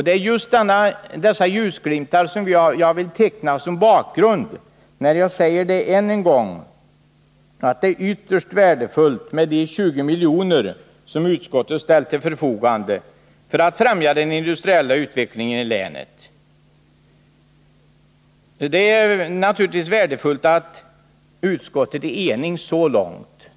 Det är just dessa ljusglimtar som jag vill teckna som bakgrund när jag än en gång säger att det är ytterst värdefullt att utskottet ställt 20 miljoner till förfogande för att främja den industriella utvecklingen i länet. Det är naturligtvis bra att utskottet är enigt så långt.